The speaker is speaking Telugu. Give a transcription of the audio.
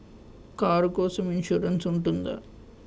కారు కోసం ఇన్సురెన్స్ ఉంటుందా?